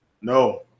No